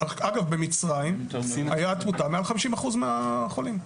אגב, במצרים הייתה תמותה של מעל 50% מהחולים.